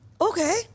Okay